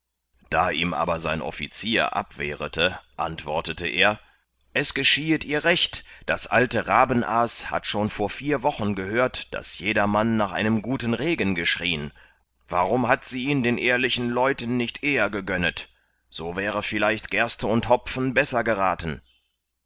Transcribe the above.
da ihm aber sein offizier abwehrete antwortete er es geschiehet ihr recht das alte rabenaas hat schon vor vier wochen gehört daß jedermann nach einem guten regen geschrien warum hat sie ihn den ehrlichen leuten nicht eher gegönnet so wäre vielleicht gerste und hopfen besser geraten